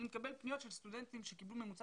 אני מקבל פניות של סטודנטים שקיבלו ממוצע